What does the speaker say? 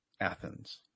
Athens